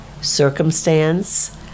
Circumstance